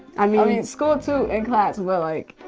um you know mean, school, too, in class, we're like,